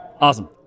Awesome